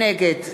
נגד